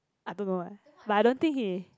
I don't know eh but I don't think he